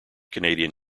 canadian